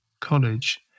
college